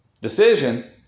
Decision